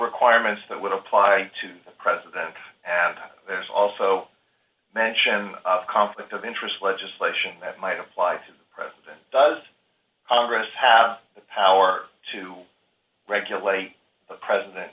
requirements that would apply to the president and there's also mention of conflict of interest legislation that might apply to does congress have power to regulate president